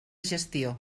gestió